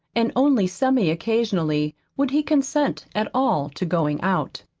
and only semi-occasionally would he consent at all to going out.